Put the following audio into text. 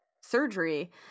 surgery